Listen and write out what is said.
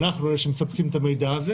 אנחנו אלה שמספקים את המידע הזה